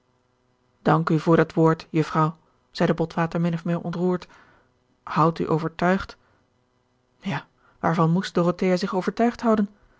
dank u voor dat woord jufvrouw zeide botwater min of meer ontroerd houd u overtuigd gerard keller het testament van mevrouw de tonnette ja waarvan moest dorothea zich overtuigd houden